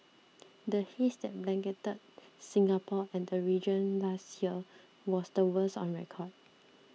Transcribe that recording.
the haze that blanketed Singapore and the region last year was the worst on record